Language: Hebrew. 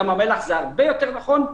ים המלח זה הרבה יותר נכון,